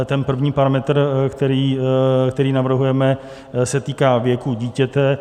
Ten první parametr, který navrhujeme, se týká věku dítěte.